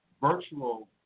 virtual